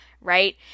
right